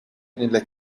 nella